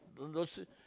don't don't say